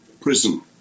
prison